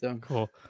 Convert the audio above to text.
Cool